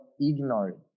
ignored